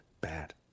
Bad